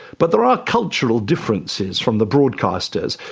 but there are cultural differences from the broadcasters.